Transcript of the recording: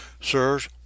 sirs